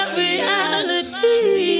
reality